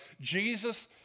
Jesus